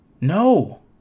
No